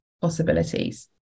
possibilities